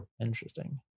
interesting